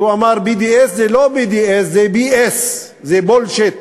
הוא אמר ש-BDS זה לא BDS, זה BS, זה בולשיט,